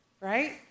right